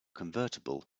convertible